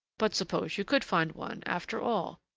but suppose you could find one, after all?